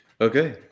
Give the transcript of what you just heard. Okay